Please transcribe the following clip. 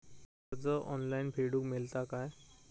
कर्ज ऑनलाइन फेडूक मेलता काय?